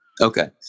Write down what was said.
Okay